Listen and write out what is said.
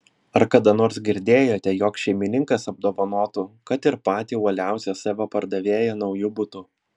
ar kada nors girdėjote jog šeimininkas apdovanotų kad ir patį uoliausią savo pardavėją nauju butu